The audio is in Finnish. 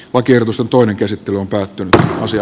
oikeutus on toinen käsittely on päättynyt ja asia